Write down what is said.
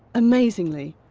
amazingly,